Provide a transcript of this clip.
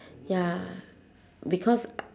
ya because I